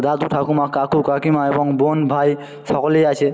দাদু ঠাকুমা কাকু কাকিমা এবং বোন ভাই সকলেই আছে